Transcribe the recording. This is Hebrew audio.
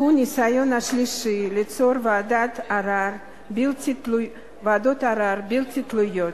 היא הניסיון השלישי ליצור ועדות ערר בלתי תלויות.